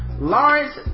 Lawrence